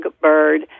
Bird